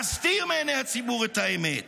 להסתיר מעיני הציבור את האמת